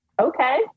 okay